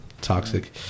toxic